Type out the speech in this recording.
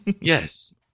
yes